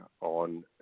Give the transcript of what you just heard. on